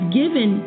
given